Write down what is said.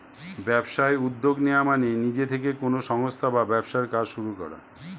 ব্যবসায় উদ্যোগ নেওয়া মানে নিজে থেকে কোনো সংস্থা বা ব্যবসার কাজ শুরু করা